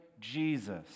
Jesus